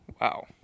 Wow